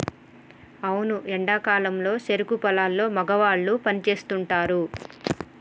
అవును ఎండా కాలంలో సెరుకు పొలాల్లో మగవాళ్ళు పని సేస్తుంటారు